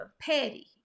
Petty